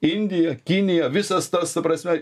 indija kinija visas tas ta prasme